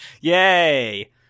Yay